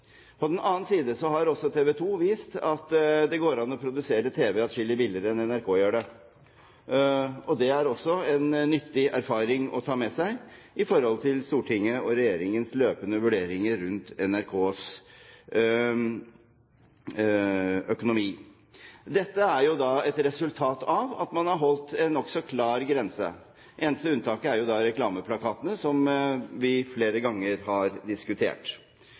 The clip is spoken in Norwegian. På den annen side har TV 2 vist at det går an å produsere tv-programmer atskillig billigere enn det NRK gjør, og det er også en nyttig erfaring å ta med seg for Stortinget og regjeringen i forhold til deres løpende vurderinger rundt NRKs økonomi. Dette er et resultat av at man har holdt en nokså klar grense. Det eneste unntaket er reklameplakatene, som vi flere ganger har diskutert.